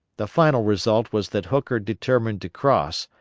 the final result was that hooker determined to cross,